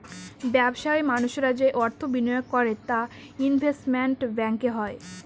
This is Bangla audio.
ব্যবসায়ী মানুষরা যে অর্থ বিনিয়োগ করে তা ইনভেস্টমেন্ট ব্যাঙ্কিং হয়